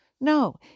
No